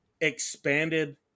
expanded